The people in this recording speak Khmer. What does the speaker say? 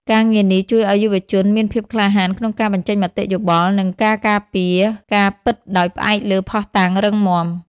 ការងារនេះជួយឱ្យយុវជនមានភាពក្លាហានក្នុងការបញ្ចេញមតិយោបល់ និងការការពារការពិតដោយផ្អែកលើភស្តុតាងរឹងមាំ។